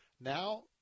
Now